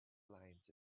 lines